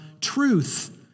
truth